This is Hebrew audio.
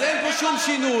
אז אין פה שום שינוי.